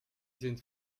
sind